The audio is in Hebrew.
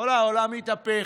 ואללה, העולם התהפך.